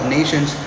nations